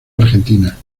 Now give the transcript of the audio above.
argentina